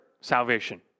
salvation